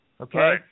okay